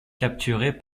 capturée